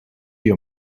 your